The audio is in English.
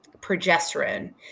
progesterone